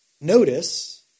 Notice